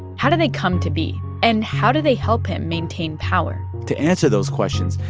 how do they come to be, and how do they help him maintain power? to answer those questions,